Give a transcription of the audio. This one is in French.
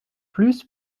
plus